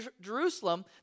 Jerusalem